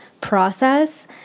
process